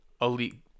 elite